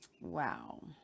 Wow